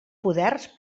poders